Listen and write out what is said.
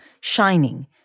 Shining